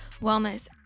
wellness